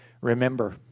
remember